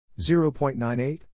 0.98